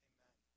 Amen